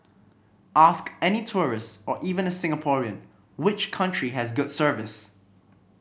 ask any tourist or even a Singaporean which country has good service